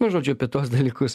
nu žodžiu apie tuos dalykus